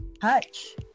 touch